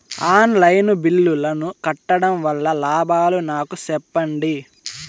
On line బిల్లుల ను కట్టడం వల్ల లాభాలు నాకు సెప్పండి?